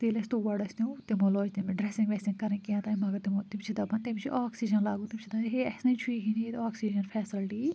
ییٚلہِ اسہِ تور اسہٕ نیٛو تِمو لٲج تٔمس ڈرٛیٚسِنٛگ ویٚسِنٛگ کَرٕنۍ کہتانۍ مگر تِمو تِم چھِ دپان تٔمِس چھُ آکسیٖجَن لاگُن تِم چھِ دَپان ہے اسہِ نٔے چھُیی نہٕ ییٚتہِ آکسیٖجَن فیسَلٹیی